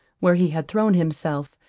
where he had thrown himself,